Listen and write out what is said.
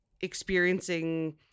experiencing